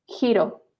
giro